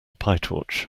pytorch